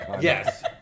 Yes